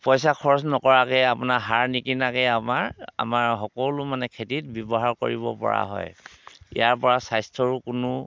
পইচা খৰচ নকৰাকৈ আপোনাৰ সাৰ নিকিনাকৈ আমাৰ আমাৰ সকলো মানে খেতিত ব্যৱহাৰ কৰিব পৰা হয় ইয়াৰ পৰা স্বাস্থ্যৰো কোনো